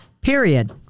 period